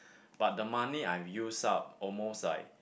but the money I'm use up almost like